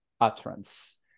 utterance